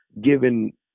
given